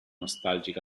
nostalgic